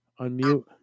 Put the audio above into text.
unmute